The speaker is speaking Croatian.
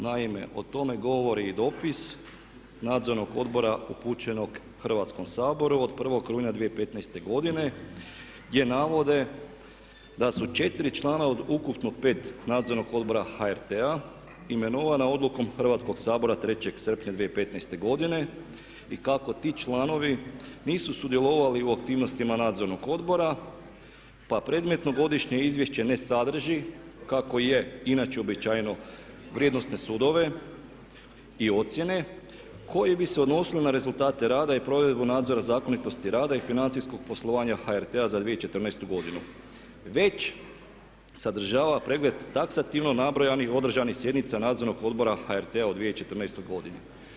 Naime, o tome govori i dopis Nadzornog odbora upućenog Hrvatskom saboru od 1. rujna 2015. godine gdje navode da su četiri člana od ukupno pet Nadzornog odbora HRT-a imenovana odlukom Hrvatskog sabora 3. srpnja 2015. godine i kako ti članovi nisu sudjelovali u aktivnostima Nadzornog odbora pa predmetno godišnje izvješće ne sadrži kako je inače običajno vrijednosne sudove i ocijene koje bi se odnosile na rezultate rada i provedbu nadzora zakonitosti rada i financijskog poslovanja HRT-a za 2014.godinu, već sadržava pregled taksativno nabrojanih, održanih sjednica Nadzornog odbora HRT-a u 2014.godini.